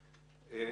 יאסין,